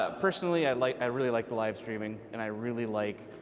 ah personally, i like i really like the livestreaming, and i really like,